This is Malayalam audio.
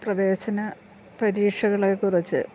പ്രവേശന പരീക്ഷകളെക്കുറിച്ചു